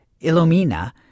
Illumina